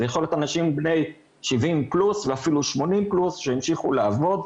יכול להיות אנשים בני 70 פלוס ואפילו 80 פלוס שהמשיכו לעבוד.